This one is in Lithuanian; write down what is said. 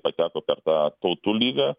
pateko per tą tautų lygą